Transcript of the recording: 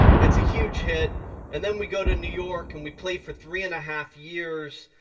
it's a huge hit and then we go to new york and we play for three and a half years.